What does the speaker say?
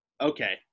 Okay